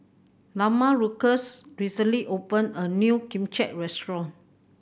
Lamarcus recently opened a new Kimbap Restaurant